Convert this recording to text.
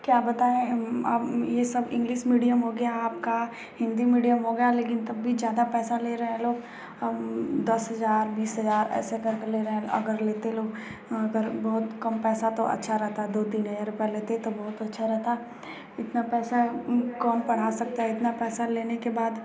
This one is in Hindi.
क्या बताएँ अब ये सब इंग्लिस मीडियम हो गया आपका हिन्दी मीडियम हो गया लेकिन तब भी ज़्यादा पैसा ले रहे हैं लोग दस हज़ार बीस हजार ऐसे कर के ले रहे हैं अगर लेते लोग अगर बहुत कम पैसा तो अच्छा रहता दो तीन हजार रुपये लेते तो बहुत अच्छा रहता इतना पैसा कौन पढ़ा सकता है इतना पैसा लेने के बाद